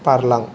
बारलां